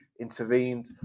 intervened